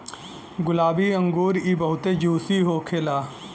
गुलाबी अंगूर इ बहुते जूसी होखेला